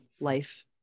life